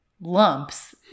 lumps